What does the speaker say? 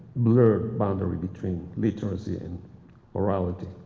blur boundary between literacy and morality.